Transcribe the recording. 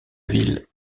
ville